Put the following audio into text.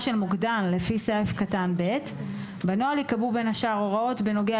של מוקדן לפי סעיף קטן (ב); בנוהל ייקבעו בין השאר הוראות בנוגע